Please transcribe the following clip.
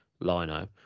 Lino